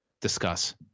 discuss